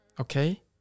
okay